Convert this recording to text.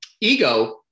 Ego